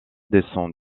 descend